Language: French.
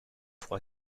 pour